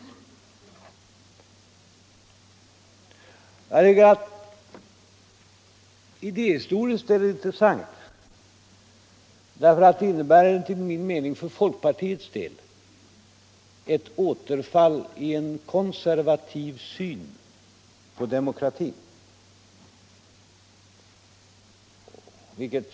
Jag tycker att detta idéhistoriskt är intressant. Enligt min mening innebär det ju för folkpartiets del ett återfall i en konservativ syn på demokratin.